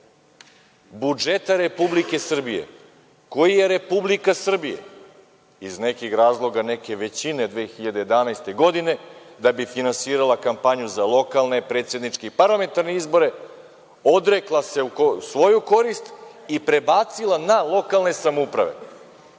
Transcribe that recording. budžeta Republike Srbije, koji je Republika Srbije, iz nekih razloga neke većine 2011. godine, da bi finansirala kampanju za lokalne, predsedničke i parlamentarne izbore, odrekla se u svoju korist i prebacila na lokalne samouprave.